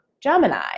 Gemini